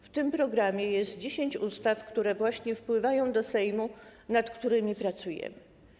W tym programie jest 10 ustaw, które właśnie wpływają do Sejmu, nad którymi pracujemy.